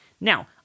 Now